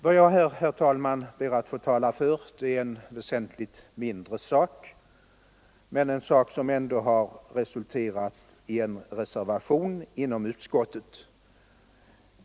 Vad jag här, herr talman, ber att få kommentera är en väsentligt mindre sak men en sak som ändå har resulterat i en reservation inom utskottet.